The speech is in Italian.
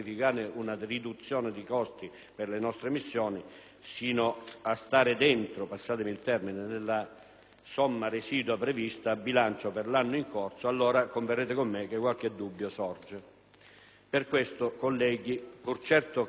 somma residua prevista a bilancio per l'anno in corso, allora converrete con me che qualche dubbio sorge. Per questo, colleghi, pur certo che il Governo saprà trovare giustificazione ed adeguata copertura all'operato dei nostri ragazzi in giro per il mondo,